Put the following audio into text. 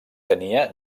tenia